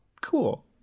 cool